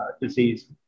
disease